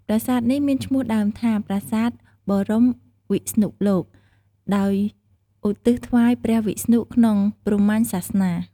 ប្រាសាទនេះមានឈ្មោះដើមថា "ប្រាសាទបរមវិស្ណុលោក" ដោយឧទ្ទិសថ្វាយព្រះវិស្ណុ ក្នុងព្រហ្មញ្ញសាសនា។